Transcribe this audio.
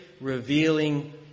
revealing